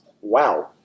Wow